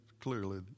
clearly